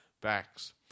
backs